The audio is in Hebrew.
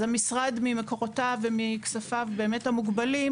אז המשרד ממקורותיו ומכספיו המוגבלים,